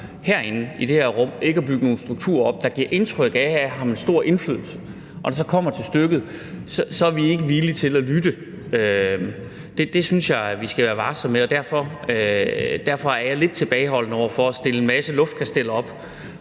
herinde, i det her rum, ikke at bygge nogle strukturer op, der giver indtryk af, at man har stor indflydelse. Og når det så kommer til stykket, er vi ikke villige til at lytte. Det synes jeg vi skal være varsomme med, og derfor er jeg lidt tilbageholden over for at stille en masse luftkasteller op